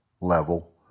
level